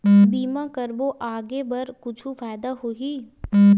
बीमा करबो आगे बर कुछु फ़ायदा होही?